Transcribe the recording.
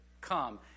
come